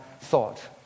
thought